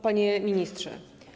Panie Ministrze!